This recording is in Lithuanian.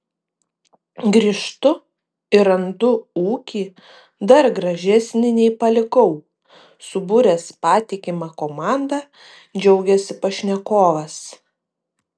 grįžtu ir randu ūkį dar gražesnį nei palikau subūręs patikimą komandą džiaugiasi pašnekovas